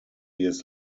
years